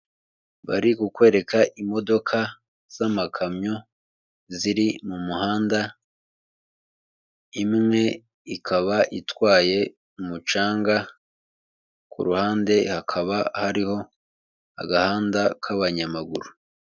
Bari kukwereka imodoka z'amakamyo ziri mu muhanda, imwe ikaba itwaye umucanga, ku ruhande hakaba hariho agahanda k'abanyamaguru.